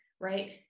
right